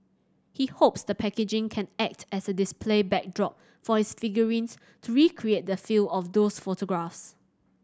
he hopes the packaging can act as a display backdrop for his figurines to recreate the feel of those photographs